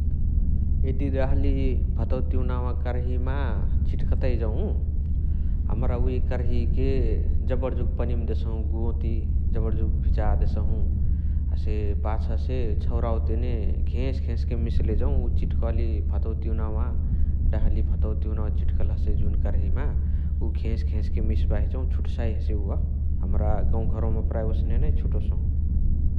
एदी डहलि भतवा तिउनावा कर्हिमा चिट्कतै जौ । हमरा उहे कर्हिके जबण जुग देसहु गोति, जबण जुग भिजा देसहु । हसे पाछसे छौरावा तेने घेस घेसके मिसले जौ चिट्कली भतवा तिउनावा, डहली भतवा तिउनावा जुन चिट्कला हसइ कर्हिमा, उ घेस घेसके मिस्बाही जौ छुट्साइ हसे उअ । हमरा गौवा घरवा म प्राए ओस्नेनै छुटोसहु ।